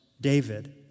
David